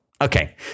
okay